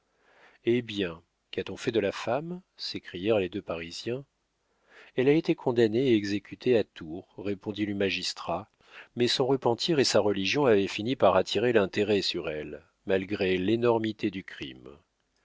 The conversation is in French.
eh bien qu'a-t-on fait de la femme s'écrièrent les deux parisiens elle a été condamnée et exécutée à tours répondit le magistrat mais son repentir et sa religion avaient fini par attirer l'intérêt sur elle malgré l'énormité du crime